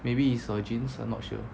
maybe is her genes I'm not sure